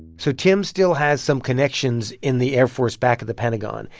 so tim still has some connections in the air force back at the pentagon.